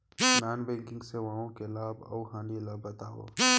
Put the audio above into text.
non banking सेवाओं के लाभ अऊ हानि ला बतावव